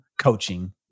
Coaching